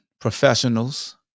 professionals